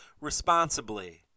responsibly